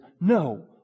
no